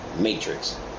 matrix